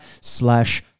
slash